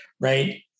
right